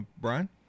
Brian